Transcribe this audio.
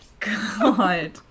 God